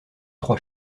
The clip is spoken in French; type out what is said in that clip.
trois